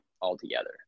altogether